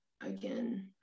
again